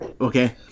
Okay